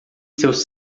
seus